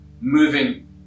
moving